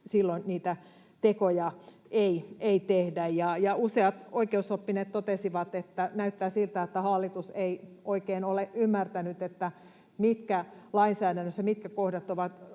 paikka, niitä tekoja ei tehdä. Useat oikeusoppineet totesivat, että näyttää siltä, että hallitus ei oikein ole ymmärtänyt, mitkä kohdat lainsäädännössä ovat johtaneet